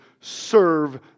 serve